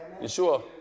Yeshua